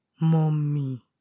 Mommy